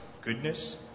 goodness